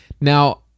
Now